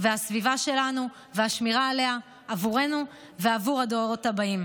הסביבה שלנו והשמירה עליהם עבורנו ועבור הדורות הבאים.